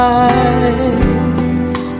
eyes